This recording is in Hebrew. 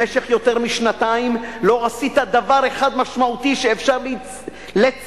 במשך יותר משנתיים לא עשית דבר אחד משמעותי שאפשר לציין,